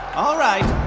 all right.